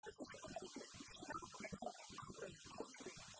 זה שחטא המרגלים, שינה לגמרי את התכנית האלוקית